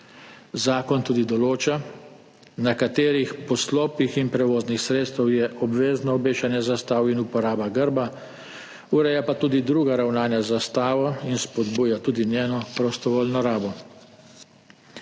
Zakon določa tudi, na katerih poslopjih in prevoznih sredstvih je obvezno obešanje zastav in uporaba grba, ureja pa tudi druga ravnanja z zastavo in spodbuja njeno prostovoljno rabo.